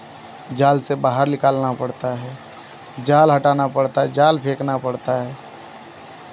जाल से बाहर लिकालना पड़ता है जाल हटाना पड़ता है जाल फेंकना पड़ता है